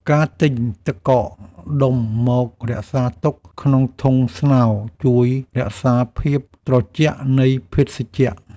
ការទិញទឹកកកដុំមករក្សាទុកក្នុងធុងស្នោ ជួយរក្សាភាពត្រជាក់នៃភេសជ្ជៈ។